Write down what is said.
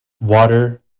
Water